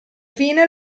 fine